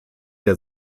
der